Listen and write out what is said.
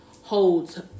holds